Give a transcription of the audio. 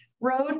road